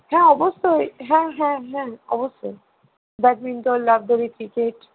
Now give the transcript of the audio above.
হ্যাঁ অবশ্যই হ্যাঁ হ্যাঁ হ্যাঁ অবশ্যই ব্যাডমিন্টন লাফদড়ি ক্রিকেট